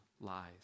lies